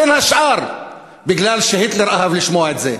בין השאר בגלל שהיטלר אהב לשמוע את זה.